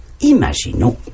imaginons